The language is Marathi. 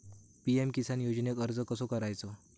पी.एम किसान योजनेक अर्ज कसो करायचो?